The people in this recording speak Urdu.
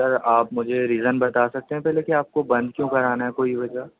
سر آپ مجھے ریزن بتا سکتے ہیں پہلے کہ آپ کو بند کیوں کرانا ہے کوئی وجہ